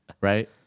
right